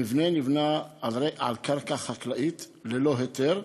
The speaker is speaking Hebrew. המבנה נבנה על קרקע חקלאית, ללא היתר,